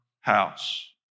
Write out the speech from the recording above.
house